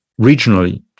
regionally